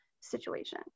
situation